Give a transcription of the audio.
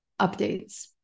updates